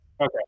Okay